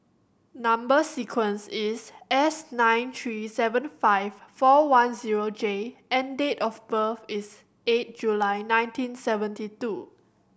number sequence is S nine three seven five four one zero J and date of birth is eight July nineteen seventy two